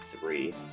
three